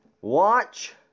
Watch